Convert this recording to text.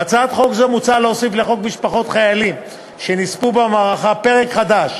בהצעת חוק זאת מוצע להוסיף לחוק משפחות חיילים שנספו במערכה פרק חדש